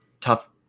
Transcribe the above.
Tough